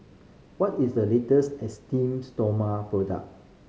what is the latest Esteem Stoma product